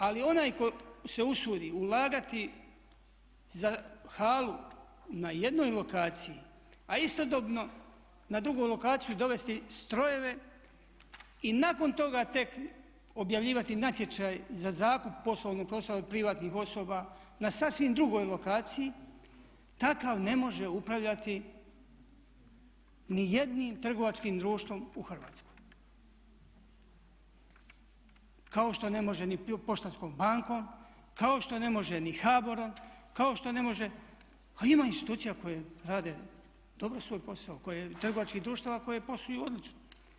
Ali onaj tko se usudi ulagati za halu na jednoj lokaciji, a istodobno na drugu lokaciju dovesti strojeve i nakon toga tek objavljivati natječaj za zakup poslovnog prostora od privatnih osoba na sasvim drugoj lokaciji takav ne može upravljati ni jednim trgovačkim društvom u Hrvatskoj kao što ne može ni Poštanskom bankom, kao što ne može ni HBOR-om, kao što ne može, a ima institucija koje rade dobro svoj posao, trgovačkih društava koje posluju odlično.